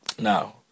now